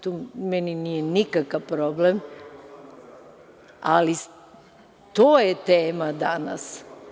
Tu meni nije nikakav problem, ali to je tema danas.